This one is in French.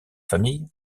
famille